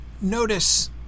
notice